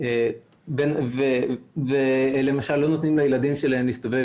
פשוטים וגם לא נותנים לילדים שלהם להסתובב